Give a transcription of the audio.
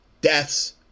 deaths